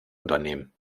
unternehmen